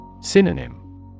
Synonym